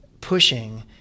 pushing